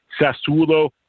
Sassuolo